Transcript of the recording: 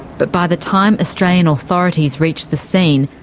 but by the time australian authorities reached the scene,